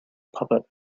puppet